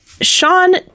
Sean